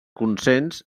consens